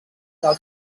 del